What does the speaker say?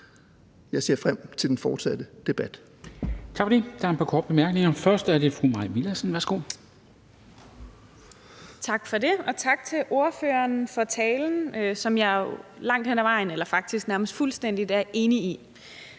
Jeg ser frem til den fortsatte debat.